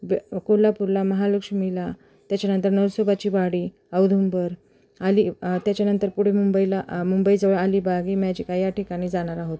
बे कोल्हापूरला महालक्ष्मीला त्याच्यानंतर नरसोबाची वाडी औदुंबर अली त्याच्यानंतर पुढे मुंबईला मुंबईजवळ अलिबाग इमॅजिका या ठिकाणी जाणार आहोत